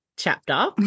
chapter